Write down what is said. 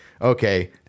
okay